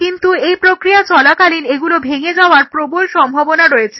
কিন্তু এই প্রক্রিয়া চলাকালীন এগুলো ভেঙে যাওয়ার প্রবল সম্ভাবনা রয়েছে